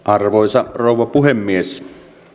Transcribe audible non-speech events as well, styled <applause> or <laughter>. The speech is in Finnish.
<unintelligible> arvoisa rouva puhemies